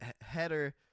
Header